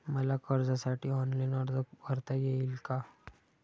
मला कर्जासाठी ऑनलाइन अर्ज भरता येईल का?